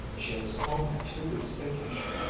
she has only two weeks' vacation.